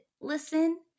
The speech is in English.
listen